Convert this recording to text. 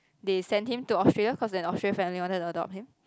they sent him to Australia cause an Australian family wanted to adopt him